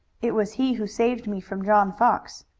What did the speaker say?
it was he who saved me from john fox.